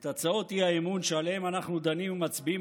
את הצעות האי-אמון שעליהן אנחנו דנים ומצביעים